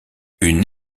une